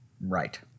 Right